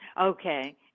Okay